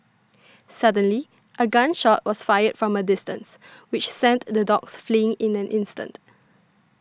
suddenly a gun shot was fired from a distance which sent the dogs fleeing in an instant